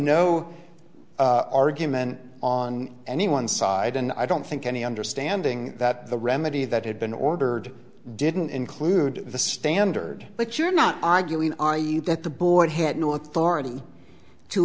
no argument on anyone's side and i don't think any understanding that the remedy that had been ordered didn't include the standard but you're not arguing are you that the board had no authority to